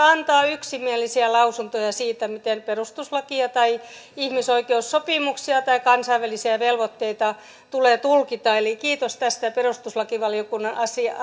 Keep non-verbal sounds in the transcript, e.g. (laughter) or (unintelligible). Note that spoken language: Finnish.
(unintelligible) antaa yksimielisiä lausuntoja siitä miten perustuslakia tai ihmisoikeussopimuksia tai kansainvälisiä velvoitteita tulee tulkita eli kiitos tästä perustuslakivaliokunnan